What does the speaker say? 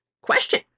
question